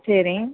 சேரிங்க